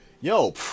yo